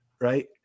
right